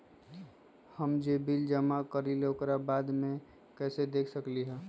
हम जे बिल जमा करईले ओकरा बाद में कैसे देख सकलि ह?